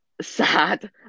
sad